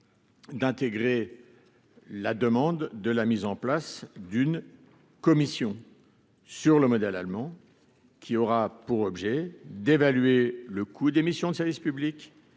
d'intégrer la demande de la mise en place d'une commission sur le modèle allemand qui aura pour objet d'évaluer le coût des missions de service public